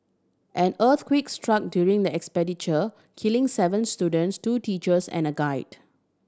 an earthquake struck during the expediture killing seven students two teachers and a guide